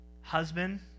Husband